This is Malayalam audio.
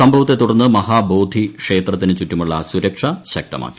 സംഭവത്തെ തുടർന്ന് മഹാബോധി ക്ഷേത്രത്തിനു ചുറ്റുമുള്ള സുർക്ഷ ശക്തമാക്കി